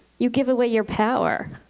you give away your power.